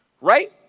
right